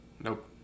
Nope